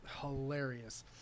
hilarious